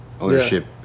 ownership